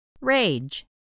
Rage